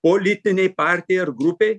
politinei partijai ar grupei